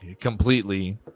completely